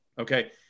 Okay